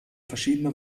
verschiedene